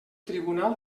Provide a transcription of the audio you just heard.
tribunal